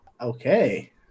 Okay